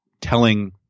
telling